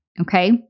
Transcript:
Okay